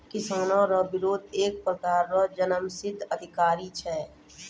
किसानो रो बिरोध एक प्रकार रो जन्मसिद्ध अधिकार छै